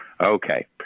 Okay